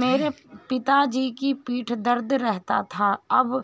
मेरे पिताजी की पीठ दर्द रहता था अब